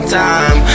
time